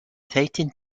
frightened